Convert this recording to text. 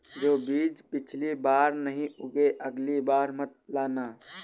जो बीज पिछली बार नहीं उगे, अगली बार मत लाना